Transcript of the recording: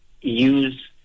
use